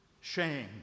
Shame